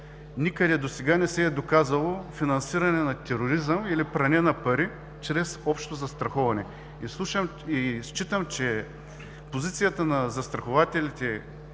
Никъде досега не се е доказало финансиране на тероризъм или пране на пари чрез общо застраховане. Считам, че позицията на застрахователите